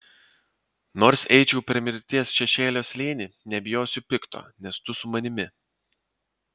nors eičiau per mirties šešėlio slėnį nebijosiu pikto nes tu su manimi